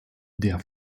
der